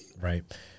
Right